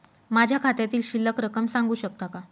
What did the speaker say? माझ्या खात्यातील शिल्लक रक्कम सांगू शकता का?